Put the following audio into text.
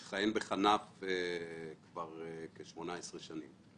אני מכהן בכלל ניהול פיננסים כבר כ-18 שנים.